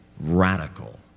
radical